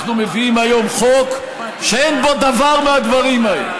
אנחנו מביאים היום חוק שאין בו דבר מהדברים האלה,